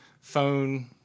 phone